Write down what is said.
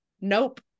nope